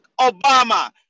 Obama